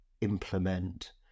implement